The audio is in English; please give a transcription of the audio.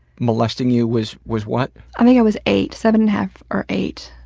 molesting you was was what? i think i was eight. seven-and-a-half or eight.